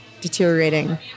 Deteriorating